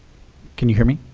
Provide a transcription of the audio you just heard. can you hear me?